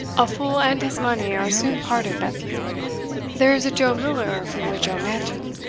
a fool and his money are soon parted, nephew there is a joe miller for your joe manton,